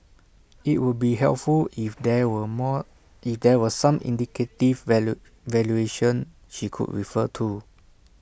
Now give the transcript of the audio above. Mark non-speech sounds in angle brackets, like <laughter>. IT would be helpful if there were more <unintelligible> there were some indicative value valuation she could refer to